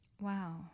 Wow